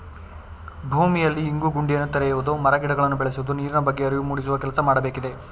ಭೂಮಿಯಲ್ಲಿ ಇಂಗು ಗುಂಡಿಯನ್ನು ತೆರೆಯುವುದು, ಮರ ಗಿಡಗಳನ್ನು ಬೆಳೆಸುವುದು, ನೀರಿನ ಬಗ್ಗೆ ಅರಿವು ಮೂಡಿಸುವ ಕೆಲಸ ಮಾಡಬೇಕಿದೆ